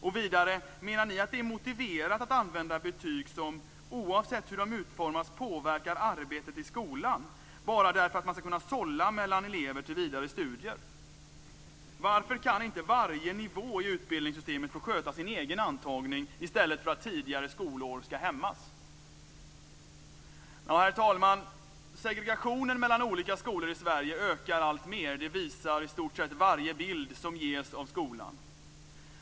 Och vidare: Menar ni att det är motiverat att använda betyg som - oavsett hur de utformas - "påverkar arbetet i skolan" bara därför att man skall kunna sålla mellan elever till vidare studier? Varför kan inte varje nivå i utbildningssystemet få sköta sin egen antagning i stället för att tidigare skolår skall hämmas? Herr talman! Segregationen mellan olika skolor i Sverige ökar alltmer. Det visar i stort sett varje bild som ges av skolan.